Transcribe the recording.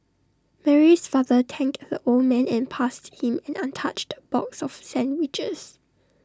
Mary's father thanked the old man and passed him an untouched box of sandwiches